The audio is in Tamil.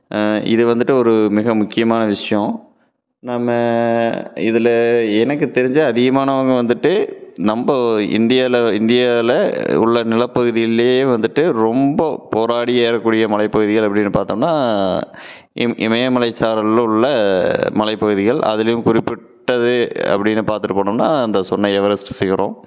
இது வந்துட்டு ஒரு மிக முக்கியமான விஷயோம் நம்ம இதில் எனக்கு தெரிஞ்சே அதிகமானவர்கள் வந்துட்டு நம்ம இந்தியாவில் இந்தியாவில் உள்ள நிலப்பகுதியிலே வந்துட்டு ரொம்ப போராடி ஏறக்கூடிய மலைப்பகுதிகள் அப்படின்னு பார்த்தோம்னா இம் இமயமலைச்சாரல் உள்ள மலைப்பகுதிகள் அதுலேயும் குறிப்பிட்டது அப்படின்னு பார்த்துட்டு போனோம்னால் அந்த சொன்ன எவரெஸ்ட் சிகரம்